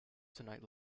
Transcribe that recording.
tonight